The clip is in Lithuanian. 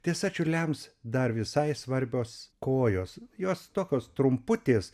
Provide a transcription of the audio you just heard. tiesa čiurliams dar visai svarbios kojos jos tokios trumputės